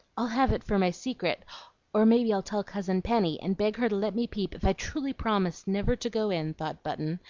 i'll have it for my secret or maybe i'll tell cousin penny, and beg her to let me peep if i truly promise never to go in, thought button,